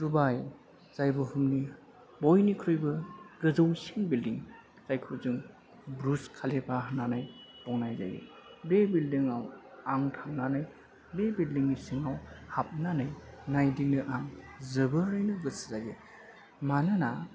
दुबाय जाय बुहुमनि बयनिख्रुइबो गोजौसिन बिलदिं जायखौ जों ब्रुज खालिफा होन्नानै बुंनाय जायो बे बिलदिंआव आं थांनानै बे बिलदिंनि सिंआव हाबनानै नायदिंनो आं जोबोरैनो गोसो जायो मानोना